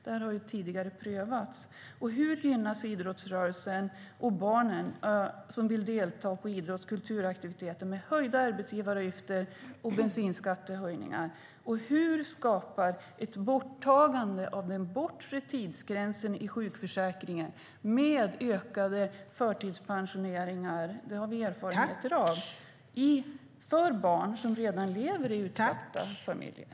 Det har ju prövats tidigare. Hur gynnas idrottsrörelsen och de barn som vill delta i idrotts och kulturaktiviteter av höjda arbetsgivaravgifter och bensinskattehöjningar? Hur skapar ett borttagande av den bortre tidsgränsen i sjukförsäkringen - med ökade förtidspensioneringar, som vi har erfarenheter av - bättre villkor för barn som redan lever i utsatta familjer?